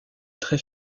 très